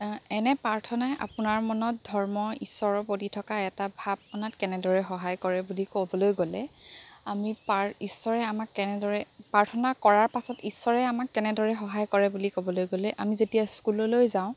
এনে প্ৰাৰ্থনাই আপোনাৰ মনত ধৰ্ম ঈশ্বৰৰ প্ৰতি থকা এটা ভাব অনাত কেনেদৰে সহায় কৰে বুলি ক'বলৈ গ'লে আমি ঈশ্বৰে আমাক কেনেদৰে প্ৰাৰ্থনা কৰাৰ পাছত ঈশ্বৰে আমাক কেনেদৰে সহায় কৰে বুলি ক'বলৈ গ'লে আমি যেতিয়া স্কুললৈ যাওঁ